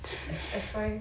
that's why